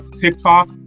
TikTok